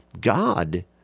God